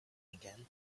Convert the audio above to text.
again